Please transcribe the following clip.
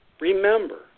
remember